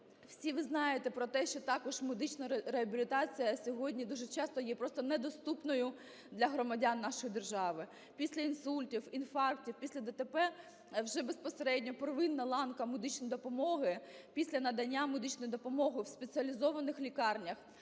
Всі ви знаєте про те, що також медична реабілітація сьогодні дуже часто є просто недоступною для громадян нашої держави. Після інсультів, інфарктів, після ДТП вже безпосередньо первинна ланка медичної допомоги, після надання медичної допомоги в спеціалізованих лікарнях,